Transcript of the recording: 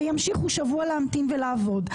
וימשיכו שבוע להמתין ולעבוד.